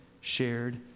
shared